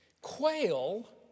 Quail